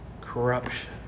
corruption